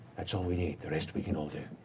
that's all we need. the rest we can all do.